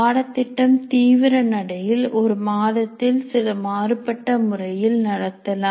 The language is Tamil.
பாடத்திட்டம் தீவிர நடையில் ஒரு மாதத்தில் சில மாறுபட்ட முறையில் நடக்கலாம்